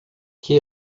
que